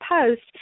post